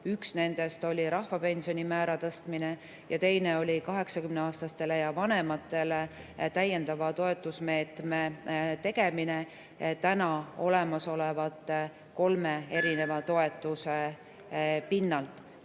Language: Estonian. Üks nendest oli rahvapensioni määra tõstmine ja teine oli 80-aastastele ja vanematele täiendava toetusmeetme tegemine täna olemasoleva kolme erineva toetuse pinnalt.